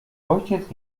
ojciec